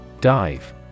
Dive